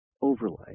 overlay